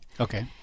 Okay